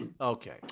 Okay